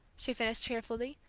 she finished cheerfully,